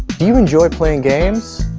do you enjoy playing games?